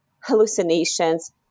hallucinations